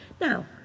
Now